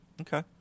Okay